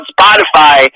Spotify